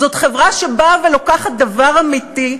זאת חברה שבאה ולוקחת דבר אמיתי,